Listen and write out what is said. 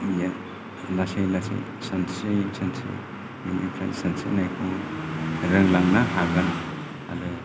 बियो लासै लासै सानस्रि सानस्रि बिनिफ्राय सानस्रिनायखौ रोंलांनो हागोन आरो